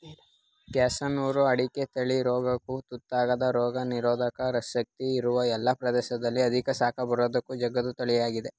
ಕ್ಯಾಸನೂರು ಅಡಿಕೆ ತಳಿ ರೋಗಕ್ಕು ತುತ್ತಾಗದ ರೋಗನಿರೋಧಕ ಶಕ್ತಿ ಇರುವ ಎಲ್ಲ ಪ್ರದೇಶದಲ್ಲಿ ಅಧಿಕ ಶಾಖ ಬರಕ್ಕೂ ಜಗ್ಗದ ತಳಿಯಾಗಯ್ತೆ